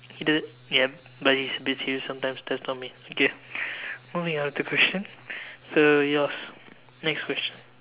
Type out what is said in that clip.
he did yup but he's a bit serious sometimes that's not me okay moving on with the question so yours next question